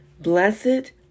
Blessed